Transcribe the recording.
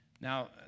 Now